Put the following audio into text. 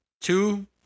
two